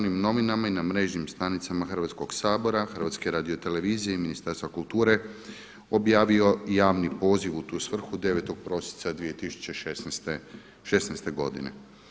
novinama i na mrežnim stranicama Hrvatskog sabora, HRT-a i Ministarstva kulture objavio javni poziv u tu svrhu 9. prosinca 2016. godine.